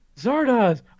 Zardoz